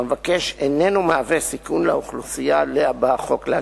שהמבקש אינו מהווה סיכון לאוכלוסייה שעליה בא החוק להגן.